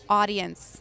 audience